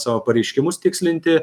savo pareiškimus tikslinti